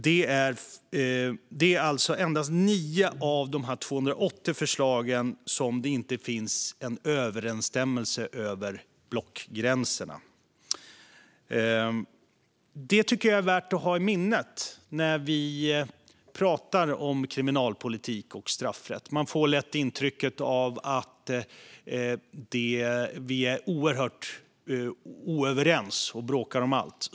Det är alltså endast gällande nio av de 280 förslagen som det inte finns en överensstämmelse över blockgränserna. Det tycker jag är värt att ha i minnet när vi pratar om kriminalpolitik och straffrätt. Man får lätt intrycket av att vi är oerhört oense och bråkar om allt.